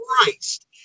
Christ